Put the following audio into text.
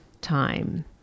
time